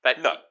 No